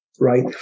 right